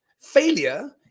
Failure